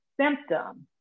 symptom